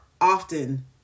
often